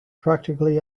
practically